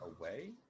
away